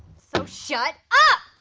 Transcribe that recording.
so shut up!